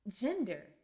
gender